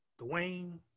Dwayne